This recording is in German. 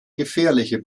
gefährliche